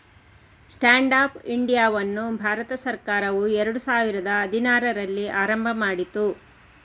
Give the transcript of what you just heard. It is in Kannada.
ಸ್ಟ್ಯಾಂಡ್ ಅಪ್ ಇಂಡಿಯಾವನ್ನು ಭಾರತ ಸರ್ಕಾರವು ಎರಡು ಸಾವಿರದ ಹದಿನಾರರಲ್ಲಿ ಆರಂಭ ಮಾಡಿತು